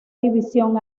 división